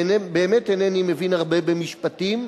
באמת אינני מבין הרבה במשפטים,